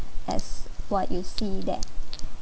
as what you see there